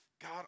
God